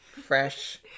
Fresh